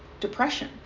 depression